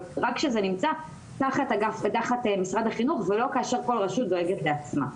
אבל רק כשזה נמצא תחת משרד החינוך ולא כאשר כל רשות דואגת לעצמה.